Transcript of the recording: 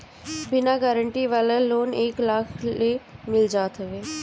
बिना गारंटी वाला लोन एक लाख ले मिल जात हवे